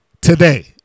today